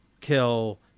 kill